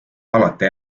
alati